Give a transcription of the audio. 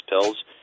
pills